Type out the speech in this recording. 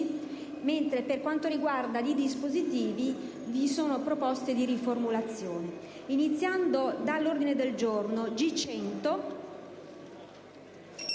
mentre, per quanto riguarda i dispositivi, vi sono alcune proposte di riformulazione. Iniziando dall'ordine del giorno G100,